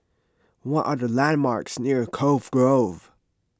what are the landmarks near Cove Grove